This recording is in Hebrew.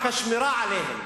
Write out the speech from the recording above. רק השמירה עליהם,